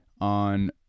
on